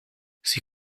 sie